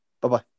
Bye-bye